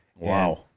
Wow